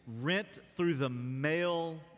rent-through-the-mail